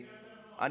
זה יותר נוח.